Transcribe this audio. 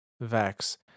Vex